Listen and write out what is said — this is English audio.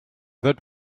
that